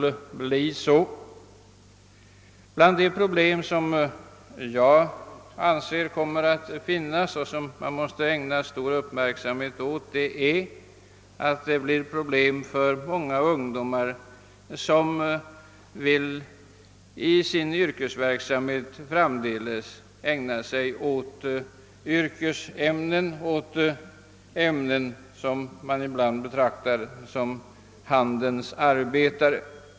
Ett av de problem som kommer att finnas kvar och som man måste ägna stor uppmärksamhet gäller de ungdomar som vill ägna sig åt yrkesämnen, som vill bli vad man ibland kallar handens arbetare.